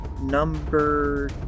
number